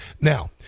Now